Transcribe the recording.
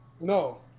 no